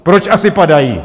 Proč asi padají?